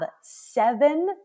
seven